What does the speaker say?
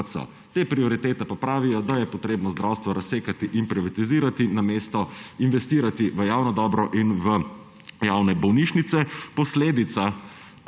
kot so. Te prioritete pa pravijo, da je treba zdravstvo razsekati in privatizirati, namesto investirati v javno dobro in v javne bolnišnice. Posledica